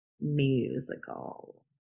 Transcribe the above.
musical